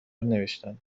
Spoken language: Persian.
نوشتهاند